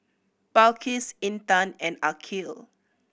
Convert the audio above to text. Balqis Intan and Aqil